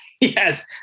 Yes